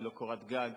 תהיה לו קורת גג,